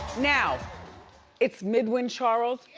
now it's midwin charles.